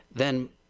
then,